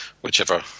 whichever